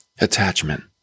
attachment